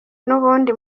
nubundi